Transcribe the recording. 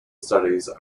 studies